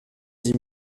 dix